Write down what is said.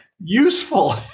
useful